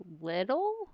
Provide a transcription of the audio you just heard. little